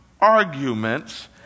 arguments